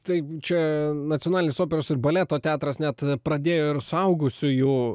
taip čia nacionalinis operos ir baleto teatras net pradėjo ir suaugusiųjų